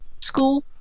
school